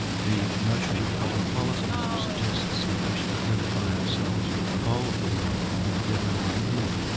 the notion of cosmopolitanism suggests that we should identify ourselves with the whole of the world and with everyone in it.